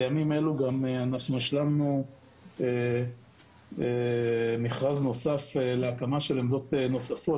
בימים אלה השלמנו גם מכרז נוסף להקמה של עמדות נוספות,